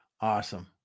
Awesome